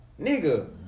Nigga